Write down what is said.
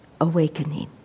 awakening